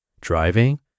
Driving